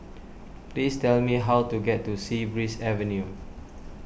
please tell me how to get to Sea Breeze Avenue